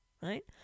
right